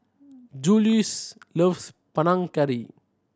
Juluis loves Panang Curry